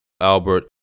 Albert